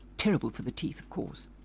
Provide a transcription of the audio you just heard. terrible for the teeth, of course.